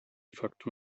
facto